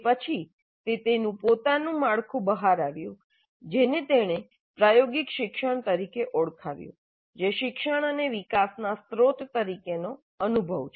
તે પછી તે તેનું પોતાની માળખું બહાર આવ્યું જેને તેણે પ્રાયોગિક શિક્ષણ તરીકે ઓળખાવ્યું જે શિક્ષણ અને વિકાસના સ્ત્રોત તરીકેનો અનુભવ